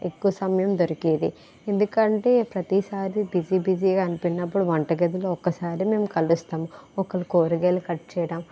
ఎక్కువ సమయం దొరికేది ఎందుకంటే ప్రతిసారి బిజీ బిజీ అనుకున్నప్పుడు వంటగదిలో ఒక్కసారి మేము కలుస్తాం ఒకరు కూరగాయలు కట్